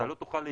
נכון.